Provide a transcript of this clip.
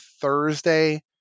Thursday